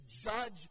judge